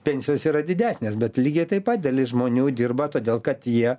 pensijos yra didesnės bet lygiai taip pat dalis žmonių dirba todėl kad jie